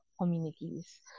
communities